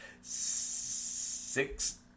six